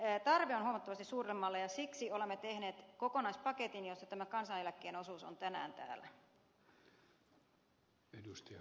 eli tarve on huomattavasti suuremmalle ja siksi olemme tehneet kokonaispaketin josta tämä kansaneläkkeen osuus on tänään täällä